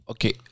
Okay